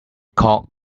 cock